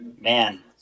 man